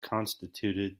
constituted